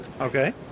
Okay